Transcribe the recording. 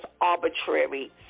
arbitrary